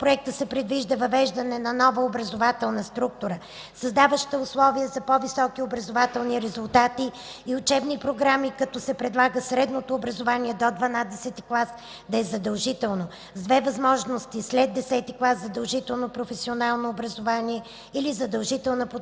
Законопроекта се предвижда въвеждането на нова образователна структура, създаваща условия за по-високи образователни резултати и учебни програми, като се предлага средното образование до 12-и клас да е задължително, с две възможности след 10-и клас – задължително професионално образование или задължителна подготовка